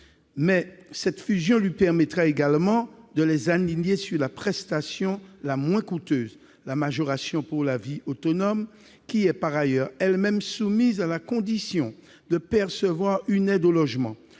de l'AAH. Elle lui permettra également, toutefois, de les aligner sur la prestation la moins coûteuse, la majoration pour la vie autonome, par ailleurs elle-même soumise à la condition de percevoir une aide au logement.